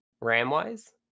RAM-wise